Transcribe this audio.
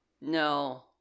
No